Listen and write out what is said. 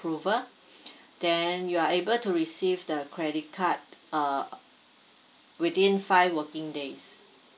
approval then you are able to receive the credit card uh within five working days